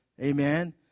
Amen